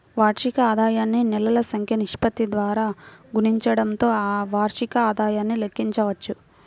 వార్షిక ఆదాయాన్ని నెలల సంఖ్య నిష్పత్తి ద్వారా గుణించడంతో వార్షిక ఆదాయాన్ని లెక్కించవచ్చు